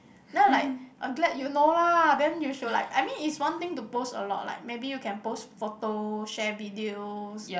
then I was I'm glad you know lah then you should like I mean is one thing to post a lot like maybe you can post photo share videos